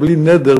בלי נדר,